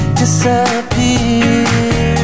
disappear